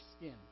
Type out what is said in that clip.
skin